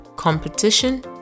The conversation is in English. competition